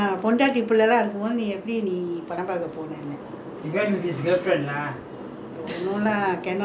don't know lah cannot be lah the சும்மா:chumma midnight show அப்போ அடிக்கடி:appo adikadi midnight show வரும் எங்க அண்ணலா போவாங்க:varum engga annalaa povaangga midnight show